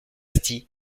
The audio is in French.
bastille